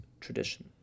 tradition